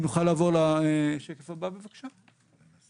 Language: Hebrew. (שקף: מספר הזכאים לגמלת סיעוד).